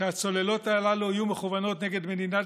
כשהצוללות הללו יהיו מכוונות נגד מדינת